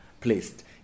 placed